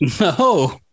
No